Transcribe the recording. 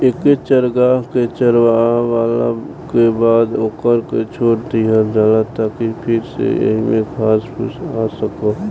एके चारागाह के चारावला के बाद ओकरा के छोड़ दीहल जाला ताकि फिर से ओइमे घास फूस आ सको